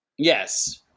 Yes